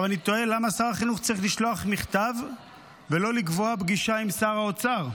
אני תוהה למה שר החינוך צריך לשלוח מכתב ולא לקבוע פגישה עם שר האוצר,